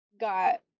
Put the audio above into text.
got